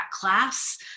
class